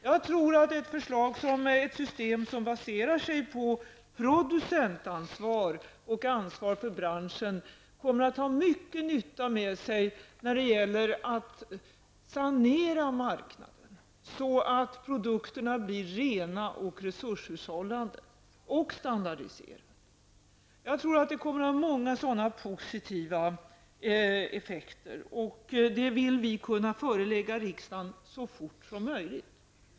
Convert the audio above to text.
Jag tror att ett system som baserar sig på producentansvar och ansvar för branschen för stor nytta med sig när det gäller att sanera marknaden, så att produkterna blir rena, resurshushållande och standardiserade. Det kommer säkerligen att bli många sådana positiva effekter. Ett förslag därom vill vi kunna förelägga riksdagen så fort som möjligt.